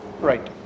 Right